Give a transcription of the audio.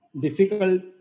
difficult